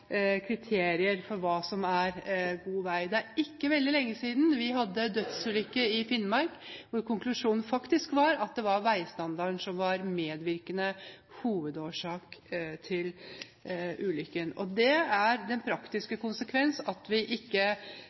kriterier for hva som er god vei. Det er ikke veldig lenge siden vi hadde en dødsulykke i Finnmark, hvor konklusjonen var at veistandarden var medvirkende årsak til ulykken. Det er den praktiske konsekvensen av at vi ikke